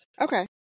Okay